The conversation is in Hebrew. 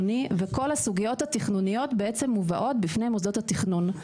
וכל הסוגיות התכנוניות בעצם מובאות בפני מוסדות התכנון.